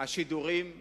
השידורים בשנה.